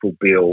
bill